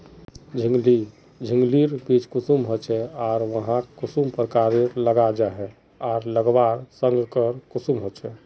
झिंगली झिंग लिर बीज कुंसम होचे आर वाहक कुंसम प्रकारेर लगा जाहा आर लगवार संगकर कुंसम होचे?